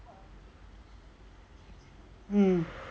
mm